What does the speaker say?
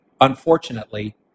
unfortunately